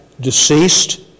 deceased